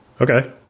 okay